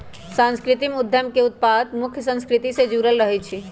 सांस्कृतिक उद्यम के उत्पाद मुख्य संस्कृति से जुड़ल रहइ छै